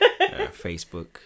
Facebook